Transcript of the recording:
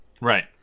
Right